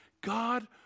God